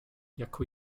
jako